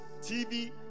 TV